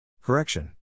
Correction